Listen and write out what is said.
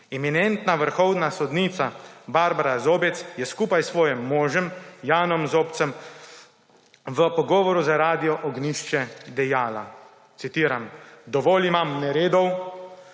Eminentna vrhovna sodnica Barbara Zobec je skupaj s svojim možem Janom Zobcem v pogovoru za Radio Ognjišče dejala, citiram: »Dovolj imam neredov,